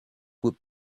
would